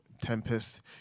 tempest